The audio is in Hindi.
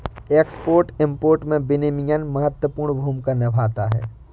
एक्सपोर्ट इंपोर्ट में विनियमन महत्वपूर्ण भूमिका निभाता है